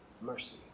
mercy